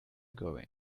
going